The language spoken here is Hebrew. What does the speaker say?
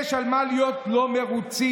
יש על מה להיות לא מרוצים,